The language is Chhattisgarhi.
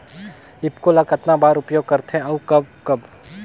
ईफको ल कतना बर उपयोग करथे और कब कब?